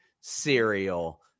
Cereal